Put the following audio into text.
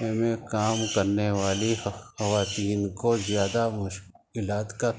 میں کام کرنے والی خواتین کو زیادہ مشکلات کا